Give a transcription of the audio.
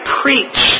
preach